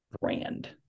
brand